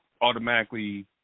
automatically